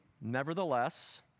Nevertheless